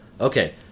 Okay